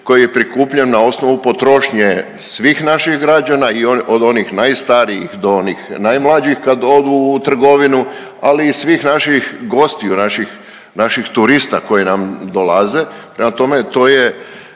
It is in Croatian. koji je prikupljen na osnovu potrošnje svih naših građana i od onih najstarijih do onih najmlađih kad odu u trgovinu, ali i svih naših gostiju, naših turista koji nam dolaze. Prema tome, to je